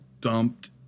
dumped